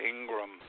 Ingram